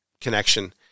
connection